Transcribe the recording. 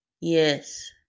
Yes